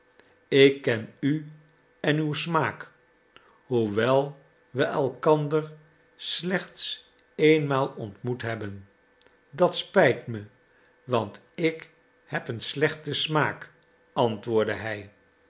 ik ken u en uw smaak hoewel we elkander slechts eenmaal ontmoet hebben dat spijt me want ik heb een slechten smaak antwoordde hij